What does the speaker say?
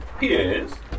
yes